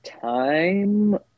time